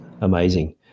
Amazing